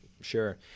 Sure